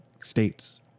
States